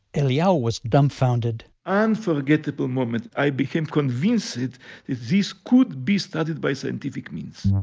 eliyahu was dumbfounded unforgettable moment. i became convinced that this could be studied by scientific means